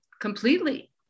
completely